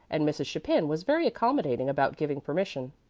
and mrs. chapin was very accommodating about giving permission.